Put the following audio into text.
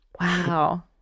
wow